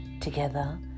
Together